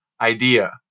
idea